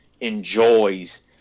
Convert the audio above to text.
enjoys